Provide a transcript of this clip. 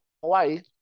Hawaii